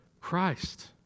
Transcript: Christ